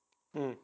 mm